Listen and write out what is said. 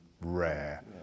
rare